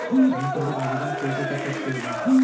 हम ऋण आवेदन कैसे कर सकते हैं?